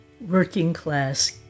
working-class